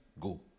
go